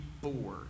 bored